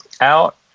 out